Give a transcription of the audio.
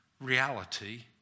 reality